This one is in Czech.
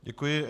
Děkuji.